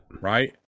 right